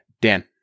Dan